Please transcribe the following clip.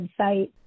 website